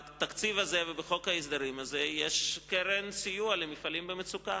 בתקציב הזה ובחוק ההסדרים הזה יש קרן סיוע למפעלים במצוקה,